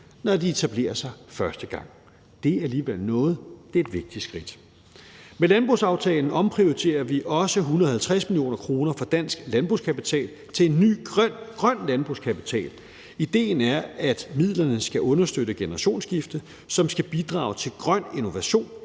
når de etablerer sig første gang. Det er alligevel noget. Det er et vigtigt skridt. Med landbrugsaftalen omprioriterer vi også 150 mio. kr. fra Dansk Landbrugskapital til en ny Grøn Landbrugskapital. Idéen er, at midlerne skal understøtte et generationsskifte, som skal bidrage til grøn innovation